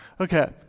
okay